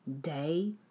day